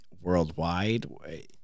worldwide